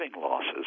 losses